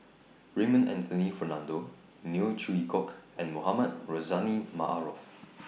Raymond Anthony Fernando Neo Chwee Kok and Mohamed Rozani Maarof